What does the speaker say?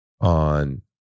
on